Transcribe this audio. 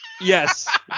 Yes